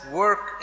work